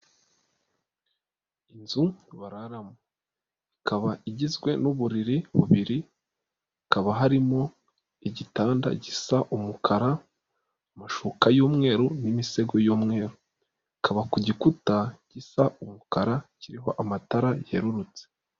Inzu bararamo, ikaba igizwe n'uburiri bubiri, hakaba harimo igitanda gisa umukara, amashuka y'umweru, n'imisego y'umweru, kikaba ku gikuta gisa umukara, kiriho amatara yerurutse.